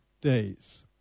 Days